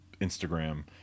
Instagram